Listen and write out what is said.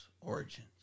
origins